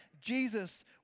Jesus